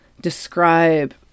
describe